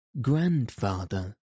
Grandfather